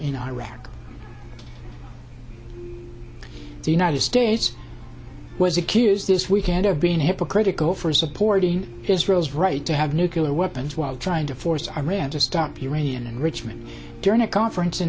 in iraq the united states was accused this weekend of being hypocritical for supporting israel's right to have nuclear weapons while trying to force iran to stop uranium enrichment during a conference in